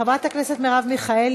חברת הכנסת מרב מיכאלי,